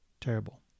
Terrible